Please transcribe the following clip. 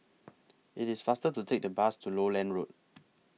IT IS faster to Take The Bus to Lowland Road